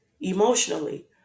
emotionally